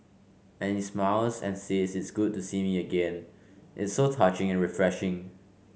and he smiles and says it's good to see me again it's so touching and refreshing